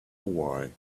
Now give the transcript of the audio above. why